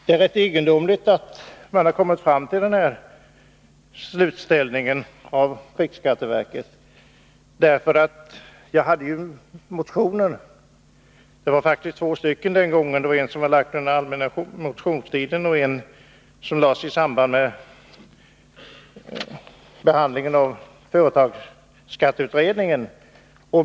Det är rätt egendomligt att riksskatteverket kommit fram till sin slutsats. Det var faktiskt två motioner, där jag tillhörde undertecknarna, som behandlades i riksdagen — en motion som hade framställts under allmänna motionstiden och en som lades fram i samband med behandlingen av företagsskatteberedningens slutbetänkande.